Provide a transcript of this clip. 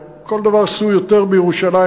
או כל דבר שעשו יותר בירושלים,